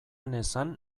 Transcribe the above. nezan